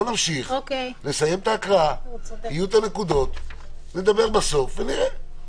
נמשיך, נסיים את ההקראה, נדבר בסוף ונראה.